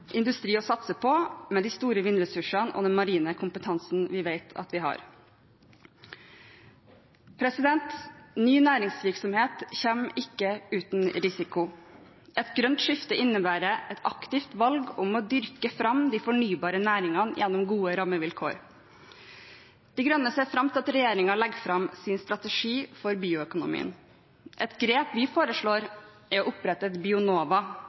industri å satse på, med de store vindressursene og den marine kompetansen vi vet vi har. Ny næringsvirksomhet kommer ikke uten risiko. Et grønt skifte innebærer et aktivt valg om å dyrke fram de fornybare næringene gjennom gode rammevilkår. De Grønne ser fram til at regjeringen legger fram sin strategi for bioøkonomien. Et grep vi foreslår, er å opprette et Bionova